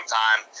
time